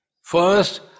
first